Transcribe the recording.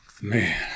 Man